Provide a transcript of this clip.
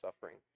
suffering